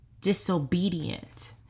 disobedient